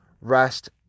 rest